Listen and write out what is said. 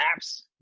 apps